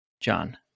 John